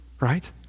Right